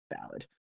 valid